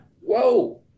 Whoa